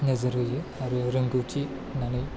नोजोर होयो आरो रोंगथि होनानै